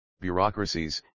bureaucracies